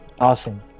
Awesome